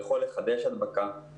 אז בטח לא לחשוב על קיצוץ שעות.